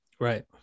Right